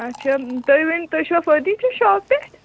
اَچھا تُہۍ ؤنۍتو تُہۍ چھِوا فٔرنیٖچر شاپہٕ پٮ۪ٹھ